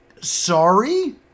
Sorry